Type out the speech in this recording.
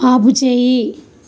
ఆపుచేయి